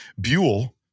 Buell